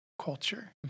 culture